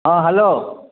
ହଁ ହାଲୋ